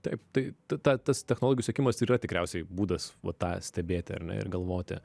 taip tai ta tas technologijų sekimas yra tikriausiai būdas va tą stebėti ar ne ir galvoti